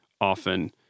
often